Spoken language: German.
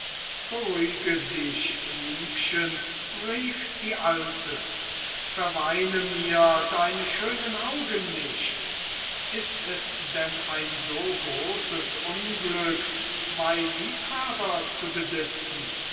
beruhige dich liebchen rief die alte verweine mir deine schönen augen nicht ist es denn ein so großes unglück zwei liebhaber zu besitzen